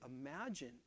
imagine